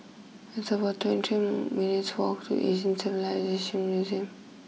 it's about twenty three minutes' walk to Asian Museum